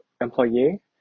employee